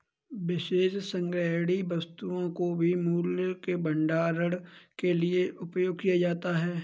विशेष संग्रहणीय वस्तुओं को भी मूल्य के भंडारण के लिए उपयोग किया जाता है